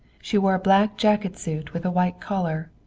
she wore a black jacket suit with a white collar,